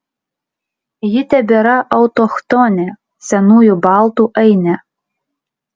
ji tebėra autochtonė senųjų baltų ainė